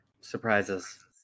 surprises